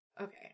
Okay